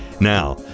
Now